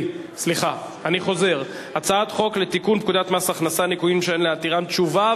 קובע שהצעת חוק מס נוסף למטרות חינוך,